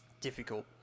difficult